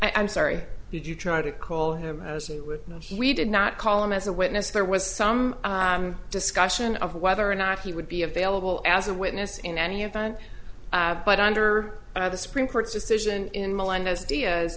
salute i'm sorry did you try to call him as a witness we did not call him as a witness there was some discussion of whether or not he would be available as a witness in any event but under the supreme court's decision in melendez di